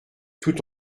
tout